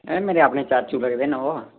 एह् मेरे अपने चाचू लगदे न ओह्